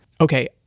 Okay